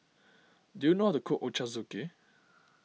do you know how to cook Ochazuke